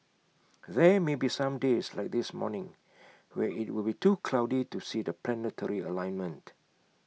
there may be some days like this morning where IT will be too cloudy to see the planetary alignment